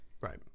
Right